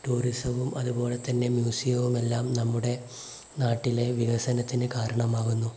ടൂറിസവും അതുപോലെതന്നെ മ്യൂസിയവും എല്ലാം നമ്മുടെ നാട്ടിലെ വികസനത്തിന് കാരണമാകുന്നു